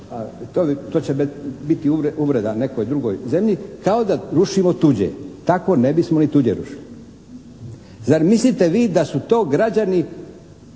to će biti uvreda nekoj drugoj zemlji, kao da rušimo tuđe. Tako ne bismo ni tuđe rušili. Zar mislite vi da su to građani